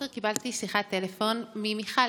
הבוקר קיבלתי שיחת טלפון ממיכל,